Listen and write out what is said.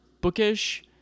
bookish